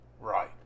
Right